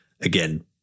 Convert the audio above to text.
again